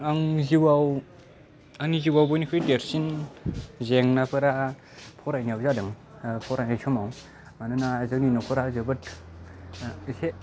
आंनि जिउआव बयनिफ्राय देरसिन जेंनाफोरा फरायनायाव जादों फरायनाय समाव मानोना जोंनि न'खरा जोबोद एसे